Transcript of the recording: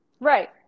Right